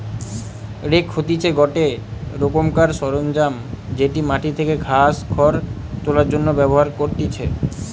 rake হতিছে গটে রোকমকার সরঞ্জাম যেটি মাটি থেকে ঘাস, খড় তোলার জন্য ব্যবহার করতিছে